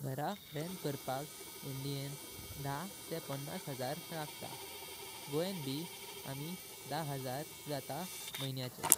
घरांचे भाडे करण्याक इंडियन द तेह पन्नस हजार लागतं। गोंयभी आम्ही da हजार जातं महिन्याचे।